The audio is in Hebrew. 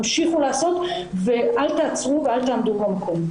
תמשיכו לעשות ואל תעצרו ואל תעמדו במקום.